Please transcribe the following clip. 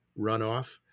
runoff